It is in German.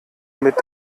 mit